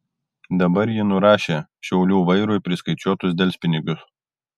dabar ji nurašė šiaulių vairui priskaičiuotus delspinigius